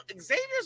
Xavier's